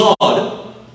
God